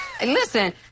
listen